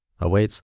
awaits